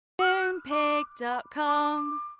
Moonpig.com